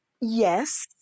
Yes